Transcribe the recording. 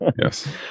Yes